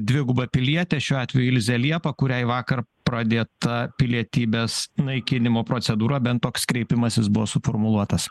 dvigubą pilietę šiuo atveju ilzę liepą kuriai vakar pradėta pilietybės naikinimo procedūra bent toks kreipimasis buvo suformuluotas